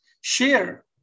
share